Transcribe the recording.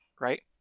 right